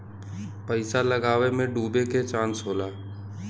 पइसा लगावे मे डूबे के चांस होला